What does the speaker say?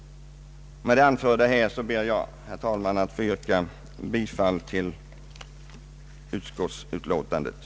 Med det anförda ber jag, herr talman, att få yrka bifall till utskottets hemställan.